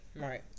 Right